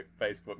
Facebook